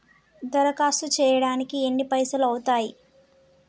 దరఖాస్తు చేయడానికి ఎన్ని పైసలు అవుతయీ?